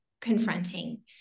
confronting